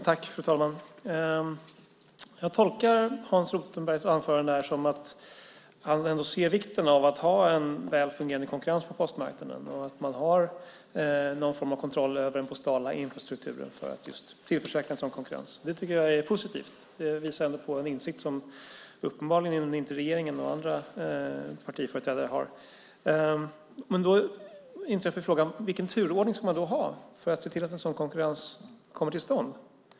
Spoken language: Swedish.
Fru talman! Jag tolkar Hans Rothenbergs anförande som att han ändå ser vikten av att ha en väl fungerande konkurrens på postmarknaden och någon form av kontroll över den postala infrastrukturen för att tillförsäkra just en sådan konkurrens. Det tycker jag är positivt. Det visar på en insikt som uppenbarligen inte regeringen och andra partiföreträdare har. Men då inträffar frågan: Vilken turordning ska man då ha för att se till att en sådan konkurrens kommer till stånd?